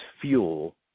fuel